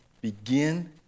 begin